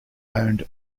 owned